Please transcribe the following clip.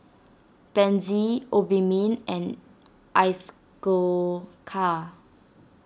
Pansy Obimin and